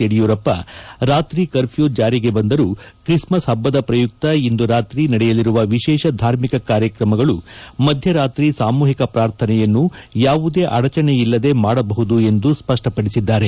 ಯಡಿಯೂರಪ್ಪ ರಾತ್ರಿ ಕರ್ಪ್ಲೂ ಜಾರಿಗೆ ಬಂದರೂ ಕ್ರಿಸ್ಮಸ್ ಹಬ್ಲದ ಶ್ರಯುಕ್ತ ಇಂದು ರಾತ್ರಿ ನಡೆಯಲಿರುವ ವಿಶೇಷ ಧಾರ್ಮಿಕ ಕಾರ್ಯಕ್ರಮಗಳು ಮಧ್ಯರಾತ್ರಿ ಸಾಮೂಹಿಕ ಪ್ರಾರ್ಥನೆಯನ್ನು ಯಾವುದೇ ಅಡಚಣೆಯಲ್ಲದೆ ಮಾಡಬಹುದು ಎಂದು ಸ್ವಪ್ಪಪಡಿಸಿದ್ದಾರೆ